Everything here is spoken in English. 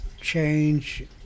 change